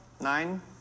nine